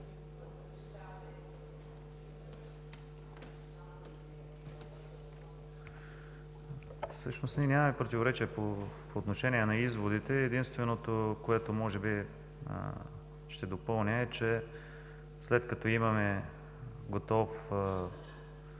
Всъщност ние нямаме противоречия по отношение на изводите. Единственото, което може би ще допълня, е, че след като имаме готов